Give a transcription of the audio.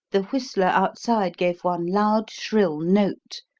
the whistler outside gave one loud, shrill note,